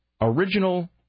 original